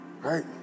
Right